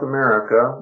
America